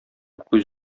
күз